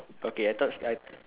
okay I thought I